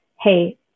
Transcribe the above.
hey